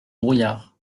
brouillard